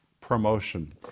promotion